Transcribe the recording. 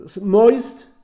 moist